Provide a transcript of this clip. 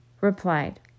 replied